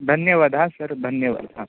धन्यवाद हा सर धन्यवाद